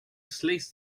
slechts